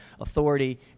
authority